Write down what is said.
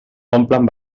omplen